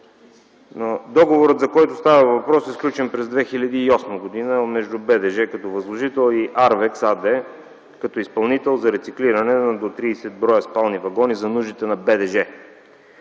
Договорът, за който става въпрос е сключен през 2008 г. между БДЖ, като възложител и „АРВЕКС” АД, като изпълнител, за рециклиране на до 30 броя спални вагони за нуждите на БДЖ